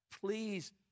please